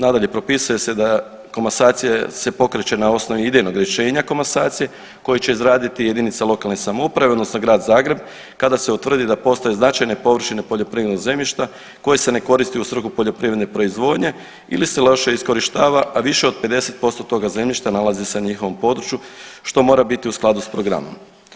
Nadalje, propisuje se da komasacija se pokreće na osnovi idejnog rješenja komasacije koje će izraditi jedinica lokalne samouprave, odnosno grad Zagreb kada se utvrdi da postoje značajne površine poljoprivrednog zemljišta koje se ne koristi u svrhu poljoprivredne proizvodnje ili se loše iskorištava, a više od 50% toga zemljišta nalazi se na njihovom području što mora biti u skladu sa programom.